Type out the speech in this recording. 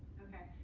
ok?